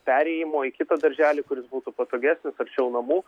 perėjimo į kitą darželį kuris būtų patogesnis arčiau namų